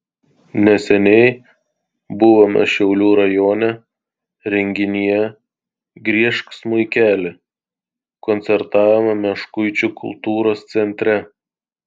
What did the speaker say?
neseniai buvome šiaulių rajone renginyje griežk smuikeli koncertavome meškuičių kultūros centre